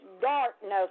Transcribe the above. darkness